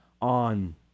on